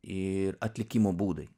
ir atlikimo būdai